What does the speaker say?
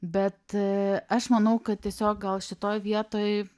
bet aš manau kad tiesiog gal šitoj vietoj